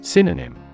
Synonym